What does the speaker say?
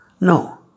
No